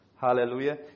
Hallelujah